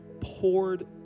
poured